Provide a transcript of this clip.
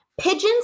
pigeons